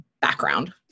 background